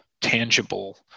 tangible